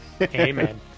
Amen